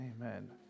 Amen